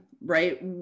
right